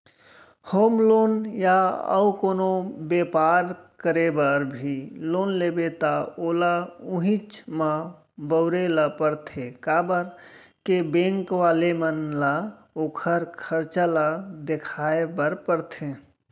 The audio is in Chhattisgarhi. होम लोन या अउ कोनो बेपार करे बर भी लोन लेबे त ओला उहींच म बउरे ल परथे काबर के बेंक वाले मन ल ओखर खरचा ल देखाय बर परथे